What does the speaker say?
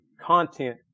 content